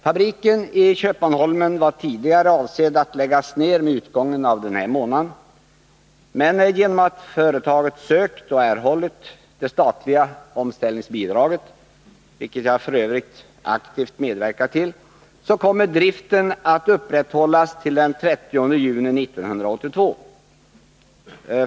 Fabriken i Köpmanholmen var tidigare avsedd att läggas ned med utgången av denna månad. Men genom att företaget sökt och erhållit det statliga omställningsbidraget, vilket jag f. ö. aktivt medverkat till, kommer driften att upprätthållas till den 30 juni 1982.